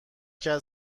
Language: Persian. کرد